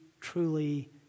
truly